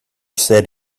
said